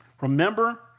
Remember